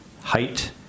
height